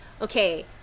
okay